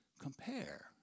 compare